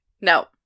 no